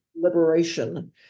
liberation